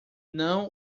não